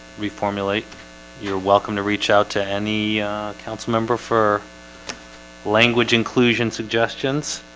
reformulate you're welcome to reach out to end the councilmember for language inclusion suggestions